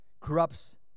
corrupts